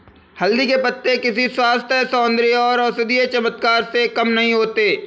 हल्दी के पत्ते किसी स्वास्थ्य, सौंदर्य और औषधीय चमत्कार से कम नहीं होते